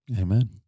Amen